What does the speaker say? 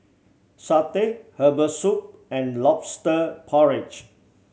satay herbal soup and Lobster Porridge